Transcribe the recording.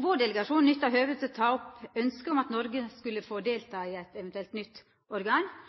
Vår delegasjon nytta høvet til å ta opp ønsket om at Noreg skulle få delta i eit eventuelt nytt organ,